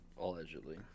allegedly